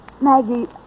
Maggie